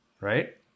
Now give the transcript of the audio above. Right